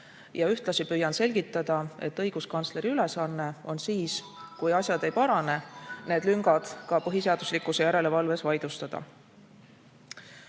Ühtlasi püüan selgitada, et õiguskantsleri ülesanne on siis, kui asjad ei parane, need lüngad ka põhiseaduslikkuse järelevalves vaidlustada.